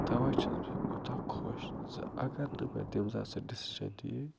تَوَے چھُس بہٕ یوٗتاہ خۄش زِ اگر نہٕ مےٚ تٔمۍ ساتہٕ سُہ ڈِسیٖجَن نِیے